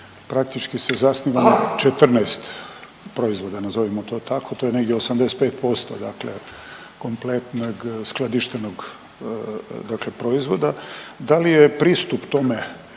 praktički se zasniva na 14 proizvoda nazovimo to tako, to je negdje 85% dakle kompletnog skladištenog dakle proizvoda. Da li je pristup tome